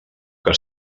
que